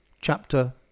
chapter